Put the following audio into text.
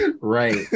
Right